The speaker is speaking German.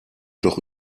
doch